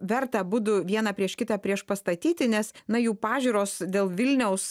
verta abudu vieną prieš kitą priešpastatyti nes na jų pažiūros dėl vilniaus